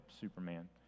Superman